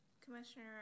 Commissioner